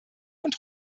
und